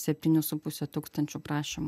septynių su puse tūkstančių prašymų